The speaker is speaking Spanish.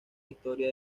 historia